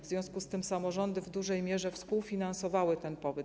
W związku z tym samorządy w dużej mierze współfinansowały ten pobyt.